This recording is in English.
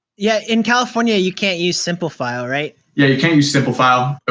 yeah, in california you can't use simple file, right? yeah, you can't use simple file.